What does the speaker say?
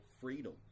freedom